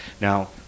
Now